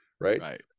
right